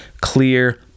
clear